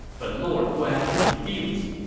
but lord guan refused.